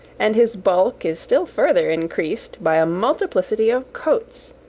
and his bulk is still further increased by a multiplicity of coats,